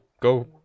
go